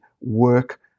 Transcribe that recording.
work